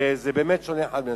וזה באמת שונה אחד מהשני.